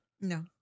No